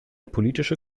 politische